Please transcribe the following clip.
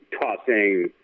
tossing